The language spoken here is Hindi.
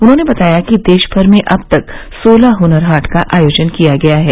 उन्होंने बताया कि देश भर में अब तक सोलह हुनर हाट का आयोजन किया गया है